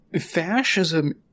fascism